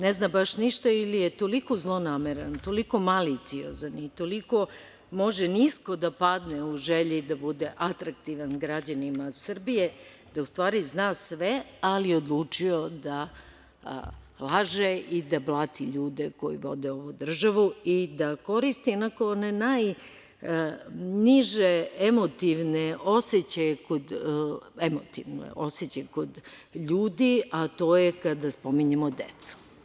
Ne zna baš ništa ili je toliko zlonameran, toliko maliciozan i toliko može nisko da padne u želji da bude atraktivan građanin Srbije, da u stvari zna sve, ali je odlučio da laže i da blati ljude koji vode ovu državu i da koristi onako one najniže emotivne osećaje kod ljudi a to je kada spominjemo decu.